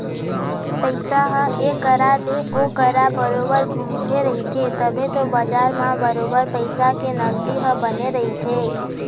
पइसा ह ऐ करा ले ओ करा बरोबर घुमते रहिथे तभे तो बजार म बरोबर पइसा के नगदी ह बने रहिथे